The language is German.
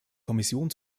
kommission